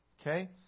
okay